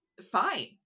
fine